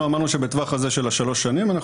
אנחנו אמרנו שבטווח הזה של שלוש השנים אנחנו